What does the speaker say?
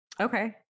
Okay